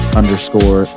underscore